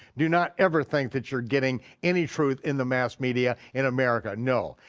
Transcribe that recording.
do not ever think that you're getting any truth in the mass media in america, no.